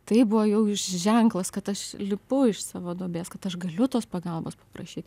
tai buvo jau ženklas kad aš lipu iš savo duobės kad aš galiu tos pagalbos prašyt